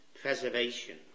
preservation